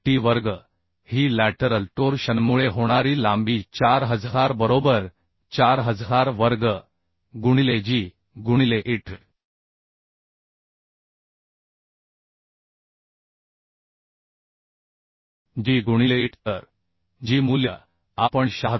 lt वर्ग ही lateral टोर्शनमुळे होणारी लांबी 4000 बरोबर 4000 वर्ग गुणिले g गुणिले It g गुणिले It तर g मूल्य आपण 76